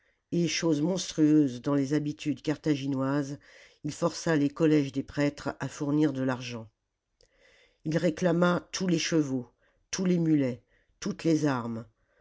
et chose monstrueuse dans les habitudes carthaginoises il força les collèges des prêtres à fournir de l'argent ii réclama tous les chevaux tous les mulets toutes les armes